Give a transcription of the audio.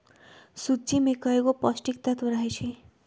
सूज्ज़ी में कएगो पौष्टिक तत्त्व रहै छइ